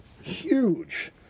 huge